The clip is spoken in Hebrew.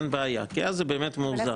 אז אין בעיה כי זה באמת מאוזן.